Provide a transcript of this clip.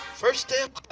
first day